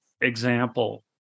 example